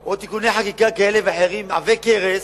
או תיקוני חקיקה כאלה ואחרים עבי כרס,